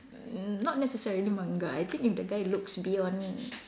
n~ not necessarily Manga I think if the guy looks beyond